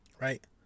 Right